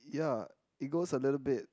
ya it goes a little bit